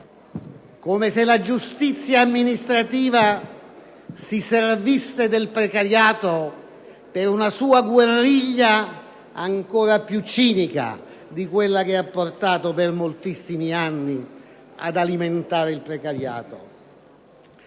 come se la giustizia amministrativa si servisse del precariato per una sua guerriglia ancora più cinica di quella che ha portato per moltissimi anni ad alimentarlo.